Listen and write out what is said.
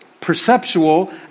perceptual